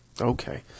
Okay